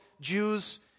Jews